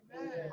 Amen